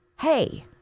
hey